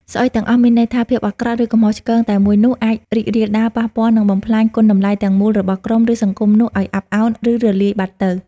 ស្អុយទាំងអស់ មានន័យថា ភាពអាក្រក់ ឬកំហុសឆ្គងតែមួយនោះ អាច រីករាលដាល ប៉ះពាល់ និង បំផ្លាញ គុណតម្លៃទាំងមូលរបស់ក្រុម ឬសង្គមនោះឲ្យអាប់ឱន ឬរលាយបាត់ទៅ។